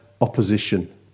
opposition